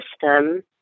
system